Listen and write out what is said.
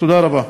תודה רבה.